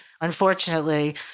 unfortunately